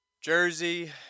Jersey